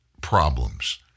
problems